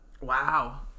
Wow